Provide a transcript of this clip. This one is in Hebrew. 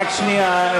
רק שנייה.